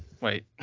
Wait